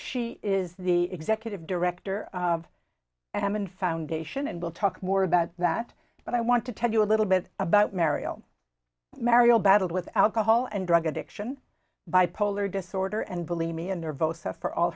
she is the executive director of am and foundation and we'll talk more about that but i want to tell you a little bit about mariel mariel battled with alcohol and drug addiction bipolar disorder and believe me and her vosa for all